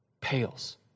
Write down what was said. Pales